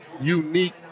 unique